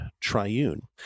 triune